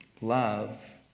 Love